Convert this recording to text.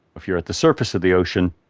if you're at the surface of the ocean,